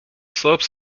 slopes